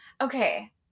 Okay